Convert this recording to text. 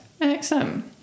Excellent